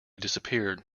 disappeared